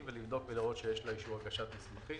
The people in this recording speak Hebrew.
ולבדוק ולראות שיש לה אישור הגשת מסמכים.